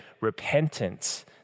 repentance